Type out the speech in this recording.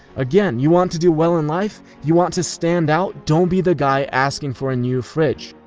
again, you want to do well in life? you want to stand out? don't be the guy asking for a new fridge.